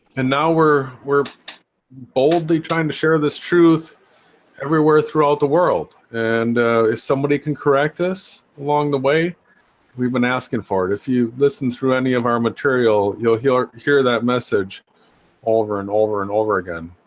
and now we're we're boldly trying to share this truth everywhere throughout the world and if somebody can correct us along the way we've been asking for it if you listen through any of our material you'll hear hear that message over and over and over again